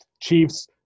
Chiefs